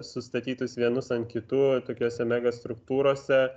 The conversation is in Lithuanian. sustatytus vienus ant kitų tokiose megastruktūrose